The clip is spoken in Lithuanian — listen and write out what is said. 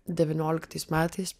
devynioliktais metais